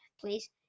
please